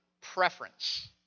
preference